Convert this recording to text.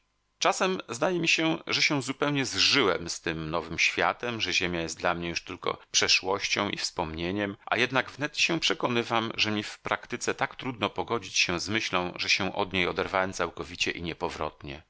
czasem zdaje mi się że się zupełnie zżyłem z tym nowym światem że ziemia jest dla mnie już tylko przeszłością i wspomnieniem a jednak wnet się przekonywam że mi w praktyce tak trudno pogodzić się z myślą że się od niej oderwałem całkowicie i